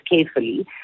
carefully